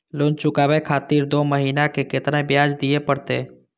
Loan चुकाबे खातिर दो महीना के केतना ब्याज दिये परतें?